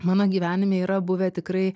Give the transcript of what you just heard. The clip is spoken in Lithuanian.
mano gyvenime yra buvę tikrai